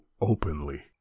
openly